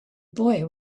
boy